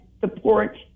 support